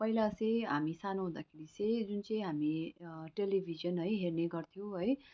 पहिला चाहिँ हामी सानो हुँदाखेरि चाहिँ जुन चाहिँ हामी टेलिभिजन है हेर्ने गर्थ्यौँ है